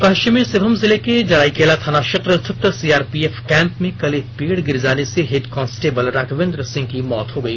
पश्चिमी सिंहभूम जिले के जराईकेला थाना क्षेत्र स्थित सीआरपीएफ कैंप में कल एक पेड़ गिर जाने से हेड कांस्टेबल राघवेंद्र सिंह की मौत हो गई